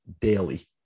daily